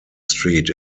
street